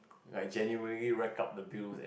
like genuinely rack up the bills and